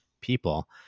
people